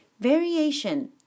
Variation